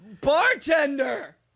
bartender